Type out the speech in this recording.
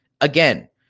Again